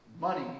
money